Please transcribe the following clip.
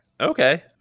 okay